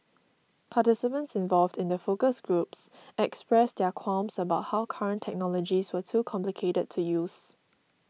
participants involved in the focus groups expressed their qualms about how current technologies were too complicated to use